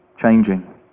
changing